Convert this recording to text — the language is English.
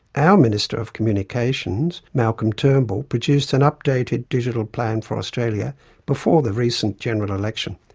our minister of communications, malcolm turnbull produced an updated digital plan for australia before the recent general election.